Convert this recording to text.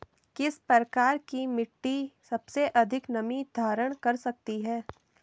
किस प्रकार की मिट्टी सबसे अधिक नमी धारण कर सकती है?